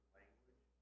language